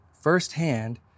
firsthand